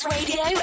Radio